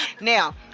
Now